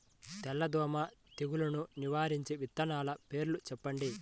తెల్లదోమ తెగులును నివారించే విత్తనాల పేర్లు చెప్పండి?